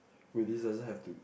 wait this doesn't have to